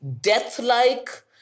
death-like